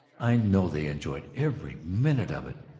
i know they enjoyed every minute of it.